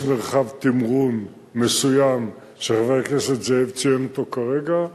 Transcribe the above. יש מרחב תמרון מסוים שחבר הכנסת זאב ציין אותו כרגע.